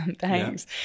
thanks